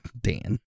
Dan